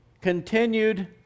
continued